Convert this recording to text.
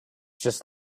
just